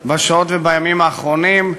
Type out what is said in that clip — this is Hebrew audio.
בשעות ובימים האחרונים.